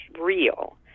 real